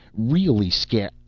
really sca.